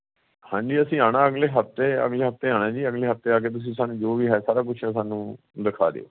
ਹਾਂਜੀ ਅਸੀਂ ਆਉਣਾ ਅਗਲੇ ਹਫਤੇ ਅਗਲੇ ਹਫਤੇ ਆਉਣਾ ਜੀ ਅਗਲੇ ਹਫਤੇ ਆ ਕੇ ਤੁਸੀਂ ਸਾਨੂੰ ਜੋ ਵੀ ਹੈ ਸਾਰਾ ਕੁਛ ਸਾਨੂੰ ਦਿਖਾ ਦਿਓ